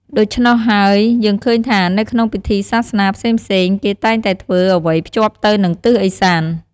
ដូច្នោះហើយ យើងឃើញថានៅក្នុងពិធីសាសនាផ្សេងៗ គេតែងតែធ្វើអ្វីភ្ជាប់ទៅនឹងទិសឦសាន។